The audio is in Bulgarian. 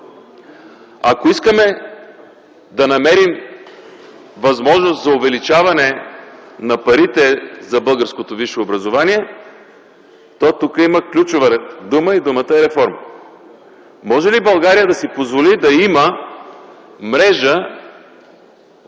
ако искаме да намерим възможност за увеличаване на парите за българското висше образование, то тук има ключова дума и тя е реформа. Може ли България да си позволи да има мрежа